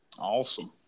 Awesome